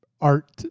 art